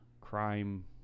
Crime